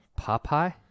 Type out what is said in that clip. Popeye